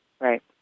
Right